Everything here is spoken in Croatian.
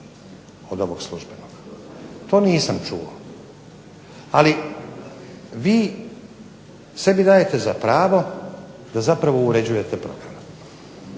od ovog službenog. To nisam čuo. Ali vi sebi dajete za pravo da zapravo uređujete program.